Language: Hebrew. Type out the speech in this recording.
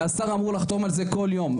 והשר אמור לחתום על זה כל יום.